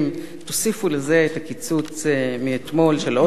תוסיפו לזה את הקיצוץ מאתמול של עוד 4%,